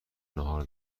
ناهار